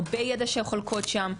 הרבה ידע שחולקות שם,